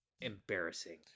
embarrassing